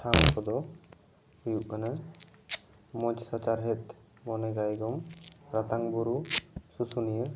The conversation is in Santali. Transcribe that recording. ᱴᱷᱟᱶ ᱠᱚᱫᱚ ᱦᱩᱭᱩᱜ ᱠᱟᱱᱟ ᱢᱚᱡᱽ ᱥᱟᱪᱟᱨᱦᱮᱫ ᱢᱚᱱᱮ ᱜᱟᱭᱜᱚᱢ ᱨᱟᱛᱟᱝ ᱵᱩᱨᱩ ᱥᱚᱥᱚᱱᱤᱭᱟᱹ